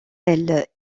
elle